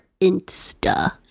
Insta